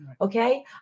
Okay